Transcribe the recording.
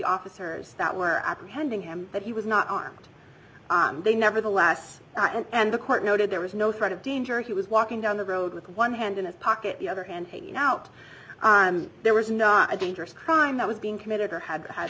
officers that were apprehending him but he was not armed they nevertheless and the court noted there was no threat of danger he was walking down the road with one hand in his pocket the other hand hanging out there was not a dangerous crime that was being committed or had